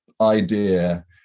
idea